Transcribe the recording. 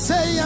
Say